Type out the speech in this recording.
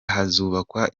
hazubakwa